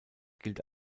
gilt